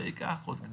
זה ייקח עוד קצת זמן.